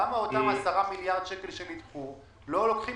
למה אותם 10 מיליארד שקלים שנדחו לא לוקחים